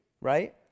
right